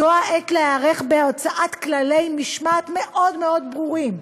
זו העת להיערך בהוצאת כללי משמעת מאוד מאוד ברורים.